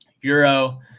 euro